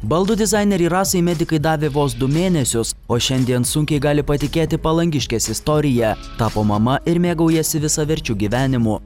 baldų dizaineriai rasai medikai davė vos du mėnesius o šiandien sunkiai gali patikėti palangiškės istorija tapo mama ir mėgaujasi visaverčiu gyvenimu